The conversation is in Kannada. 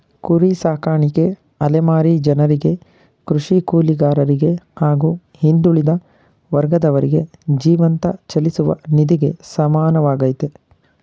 ಕುರಿ ಸಾಕಾಣಿಕೆ ಅಲೆಮಾರಿ ಜನರಿಗೆ ಕೃಷಿ ಕೂಲಿಗಾರರಿಗೆ ಹಾಗೂ ಹಿಂದುಳಿದ ವರ್ಗದವರಿಗೆ ಜೀವಂತ ಚಲಿಸುವ ನಿಧಿಗೆ ಸಮಾನವಾಗಯ್ತೆ